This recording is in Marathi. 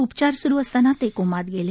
उपचार स्रू असताना ते कोमात गेले